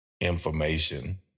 information